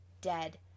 dead